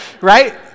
right